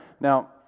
now